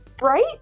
Right